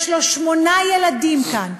יש לו שמונה ילדים כאן,